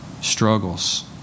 struggles